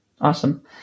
Awesome